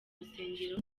rusengero